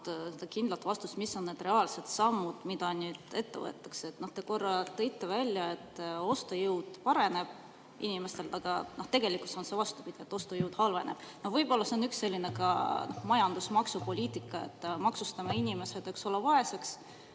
seda kindlalt vastust, mis on need reaalsed sammud, mida nüüd ette võetakse. Te korra tõite välja, et inimeste ostujõud pareneb. Aga tegelikult on see vastupidi: ostujõud halveneb. Võib-olla see on üks selline maksupoliitika [suund], et maksustame inimesed vaeseks,